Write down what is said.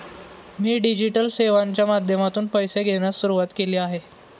मी digital सेवांच्या माध्यमातून पैसे घेण्यास सुरुवात केली आहे